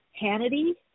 Hannity